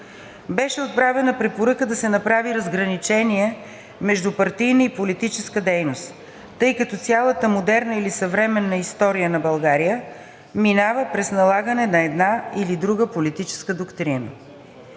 Беше отправена препоръка да се направи разграничение между партийна и политическа дейност, тъй като цялата модерна или съвременна история на България минава през налагане на една или друга политическа доктрина.